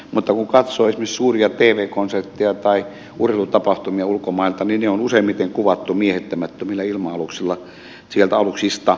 mutta kun katsoo esimerkiksi suuria tv konsertteja tai urheilutapahtumia ulkomailta niin ne on useimmiten kuvattu miehittämättömillä ilma aluksilla sieltä aluksista